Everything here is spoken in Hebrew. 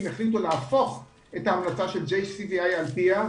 החליטו להפוך את ההמלצה של JCVI על פיה,